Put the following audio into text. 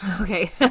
Okay